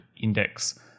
Index